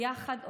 ביחד,